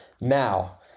now